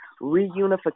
reunification